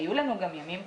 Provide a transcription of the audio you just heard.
היו לנו גם ימים קשים.